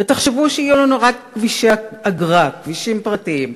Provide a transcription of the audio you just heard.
ותחשבו שיהיו לנו רק כבישי אגרה, כבישים פרטיים.